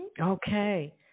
Okay